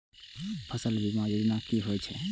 फसल बीमा योजना कि होए छै?